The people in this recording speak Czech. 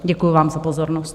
Děkuji vám za pozornost.